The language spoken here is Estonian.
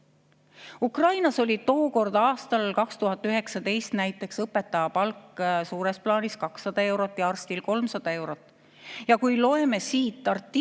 Ukrainas oli tookord, aastal 2019, näiteks õpetaja palk suures plaanis 200 eurot ja arstil 300 eurot. Kui loeme sellest artiklist,